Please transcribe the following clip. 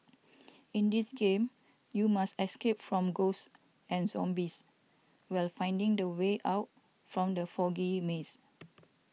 in this game you must escape from ghosts and zombies while finding the way out from the foggy maze